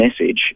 message